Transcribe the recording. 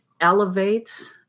elevates